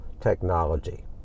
technology